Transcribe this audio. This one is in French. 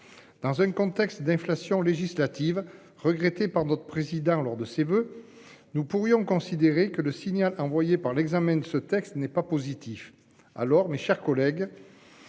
Dans un contexte d'inflation législative regretté par notre président lors de ses voeux. Nous pourrions considérer que le signal envoyé par l'examen de ce texte n'est pas positif. Alors, mes chers collègues.